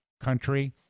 country